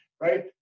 right